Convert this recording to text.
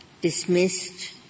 dismissed